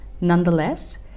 Nonetheless